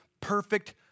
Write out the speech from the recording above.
perfect